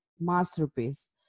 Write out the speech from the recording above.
Masterpiece